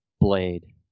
blade